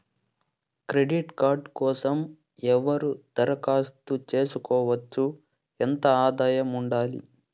Credit card కోసం ఎవరు దరఖాస్తు చేసుకోవచ్చు? ఎంత ఆదాయం ఉండాలి?